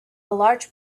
large